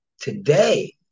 today